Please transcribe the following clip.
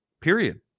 period